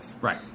Right